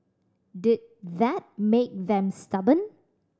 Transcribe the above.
did that make them stubborn